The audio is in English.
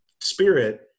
spirit